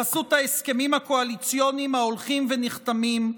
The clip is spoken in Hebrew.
בחסות ההסכמים הקואליציוניים ההולכים ונחתמים,